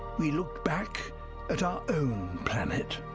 we looked back at our own planet.